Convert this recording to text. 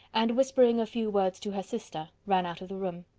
and whispering a few words to her sister, ran out of the room.